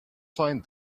find